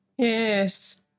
Yes